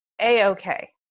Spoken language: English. A-okay